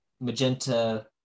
Magenta